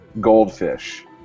goldfish